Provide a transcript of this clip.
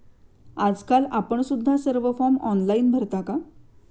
आजकाल आपण सुद्धा सर्व फॉर्म ऑनलाइन भरता का?